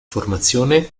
formazione